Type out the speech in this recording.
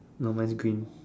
no wearing green